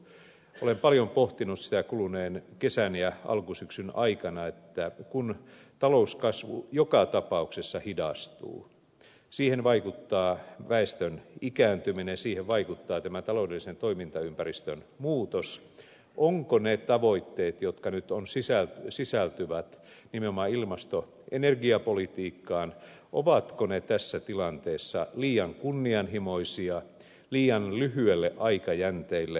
olen paljon pohtinut sitä kuluneen kesän ja alkusyksyn aikana että kun talouskasvu joka tapauksessa hidastuu siihen vaikuttaa väestön ikääntyminen siihen vaikuttaa tämä taloudellisen toimintaympäristön muutos niin ovatko ne tavoitteet jotka nyt sisältyvät ilmasto ja energiapolitiikkaan tässä tilanteessa liian kunnianhimoisia liian lyhyelle aikajänteelle sovitettuja